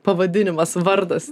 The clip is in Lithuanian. pavadinimas vardas